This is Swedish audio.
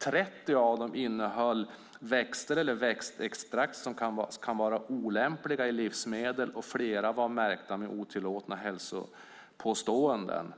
30 av dem innehöll växter eller växtextrakt som kan vara olämpliga i livsmedel och flera var märkta med otillåtna hälsopåståenden.